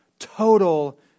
Total